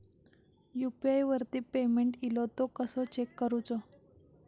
UPI वरती payment इलो तो कसो चेक करुचो?